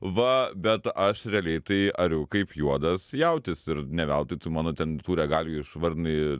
va bet aš realiai tai ariu kaip juodas jautis ir ne veltui tu mano ten tų regalijų išvardinai